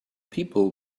people